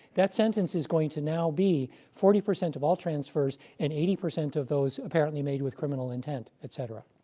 that sentence is going to now be forty percent of all transfers and eighty percent of those apparently made with criminal intent, et cetera.